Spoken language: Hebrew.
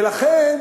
ולכן